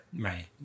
Right